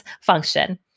function